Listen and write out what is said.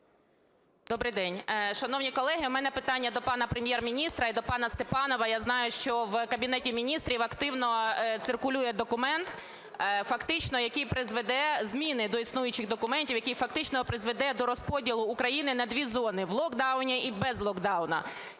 Добрий день! Шановні колеги, у мене питання до пана Прем’єр-міністра і до пана Степанова. Я знаю, що в Кабінеті Міністрів активно циркулює документ, фактично який призведе зміни до існуючих документів, який фактично призведе до розподілу України на дві зони – в локдауні і без локдауна.